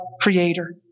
Creator